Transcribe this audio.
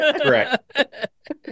Correct